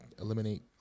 eliminate